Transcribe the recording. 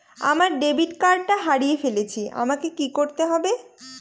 আমার ডেবিট কার্ডটা হারিয়ে ফেলেছি আমাকে কি করতে হবে?